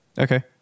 Okay